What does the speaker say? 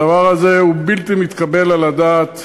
הדבר הזה הוא בלתי מתקבל על הדעת,